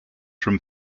from